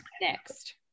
next